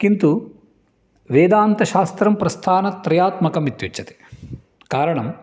किन्तु वेदान्तशास्त्रं प्रस्थानत्रयात्मकम् इत्युच्यते कारणं